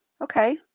Okay